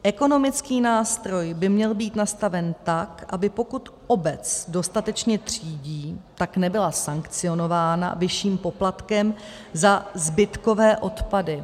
Ekonomický nástroj by měl být nastaven tak, aby pokud obec dostatečně třídí, nebyla sankcionována vyšším poplatkem za zbytkové odpady.